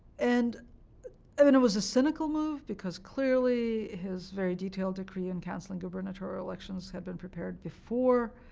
and i mean it was a cynical move, because clearly his very detailed decree in canceling gubernatorial elections had been prepared before